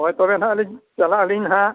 ᱦᱳᱭ ᱛᱚᱵᱮ ᱦᱟᱜ ᱟᱹᱞᱤᱧ ᱪᱟᱞᱟᱜ ᱟᱹᱞᱤᱧ ᱦᱟᱜ